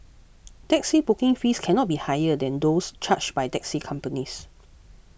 taxi booking fees cannot be higher than those charged by taxi companies